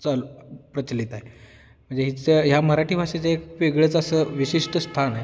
चचाल प्रचलित आ आहे म्हणजे हीच ह्या मराठी भाषेचे एक वेगळेच असं विशिष्ट स्थान आहे